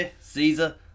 Caesar